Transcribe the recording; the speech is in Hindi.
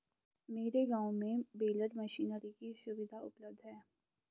मेरे गांव में बेलर मशीनरी की सुविधा उपलब्ध है